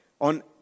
on